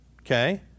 okay